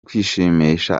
kwishimisha